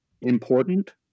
important